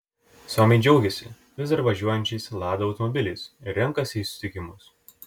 suomiai džiaugiasi vis dar važiuojančiais lada automobiliais ir renkasi į susitikimus